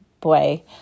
boy